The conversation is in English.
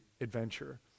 adventure